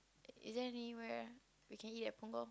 is there anywhere we can eat at Punggol